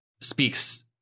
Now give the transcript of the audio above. speaks